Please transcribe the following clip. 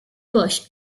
bush